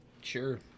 Sure